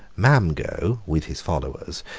mamgo, with his followers,